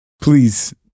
Please